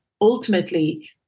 ultimately